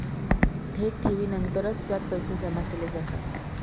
थेट ठेवीनंतरच त्यात पैसे जमा केले जातात